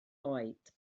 oed